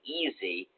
easy